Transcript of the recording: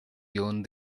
producción